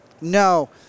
No